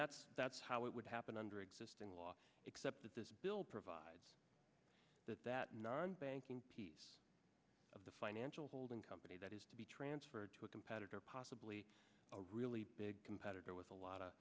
that's that's how it would happen under existing law except that this bill provides that that non banking piece of the financial holding company that has to be transferred to a competitor possibly a really big competitor with a lot of